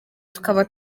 tukaba